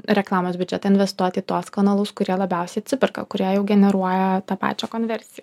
reklamos biudžetą investuot į tuos kanalus kurie labiausiai atsiperka kurie jau generuoja tą pačią konversiją